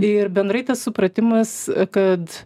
ir bendrai tas supratimas kad